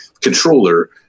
controller